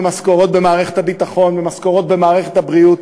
משכורות במערכת הביטחון ומשכורות במערכת הבריאות.